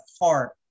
heart